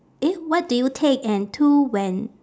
eh what do you take and to when